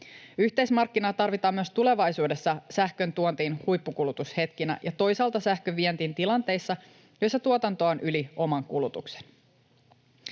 Yhteismarkkinaa tarvitaan myös tulevaisuudessa sähkön tuontiin huippukulutushetkinä ja toisaalta sähkön vientiin tilanteissa, joissa tuotantoa on yli oman kulutuksen.